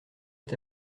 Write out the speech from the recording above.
est